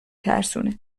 ترسونه